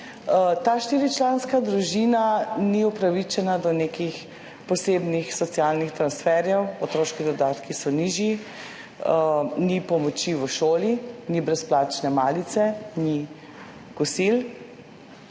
Ta štiričlanska družina ni upravičena do nekih posebnih socialnih transferjev, otroški dodatki so nižji, ni pomoči v šoli, ni brezplačne malice, ni kosil,